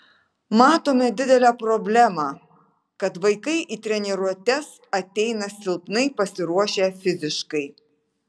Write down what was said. matome didelę problemą kad vaikai į treniruotes ateina silpnai pasiruošę fiziškai